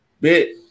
Bit